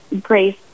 grace